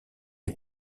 est